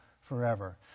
forever